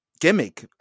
gimmick